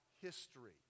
history